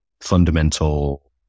fundamental